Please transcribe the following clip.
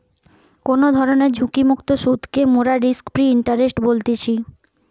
কোনো ধরণের ঝুঁকিমুক্ত সুধকে মোরা রিস্ক ফ্রি ইন্টারেস্ট বলতেছি